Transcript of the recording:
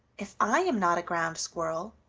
if i am not a ground squirrel,